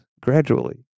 gradually